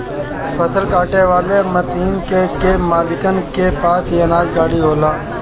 फसल काटे वाला मशीन के मालिकन के पास ही अनाज गाड़ी होला